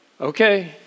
Okay